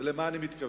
למה אני מתכוון?